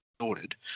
sorted